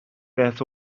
beth